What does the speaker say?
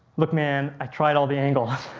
look man, i tried all the angles